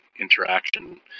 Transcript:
interaction